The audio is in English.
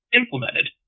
implemented